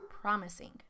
promising